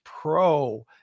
Pro